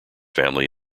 family